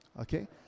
Okay